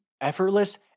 effortless